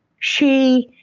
she